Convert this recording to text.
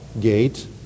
gate